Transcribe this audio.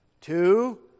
two